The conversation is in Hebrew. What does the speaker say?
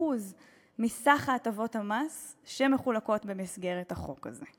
מסך הטבות המס שמחולקות במסגרת החוק הזה.